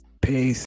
Peace